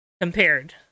Compared